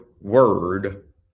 word